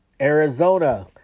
Arizona